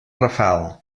rafal